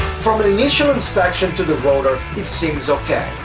from an initial inspection to the rotor it seems ok,